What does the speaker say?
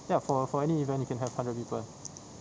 ya for for any event you can have hundred people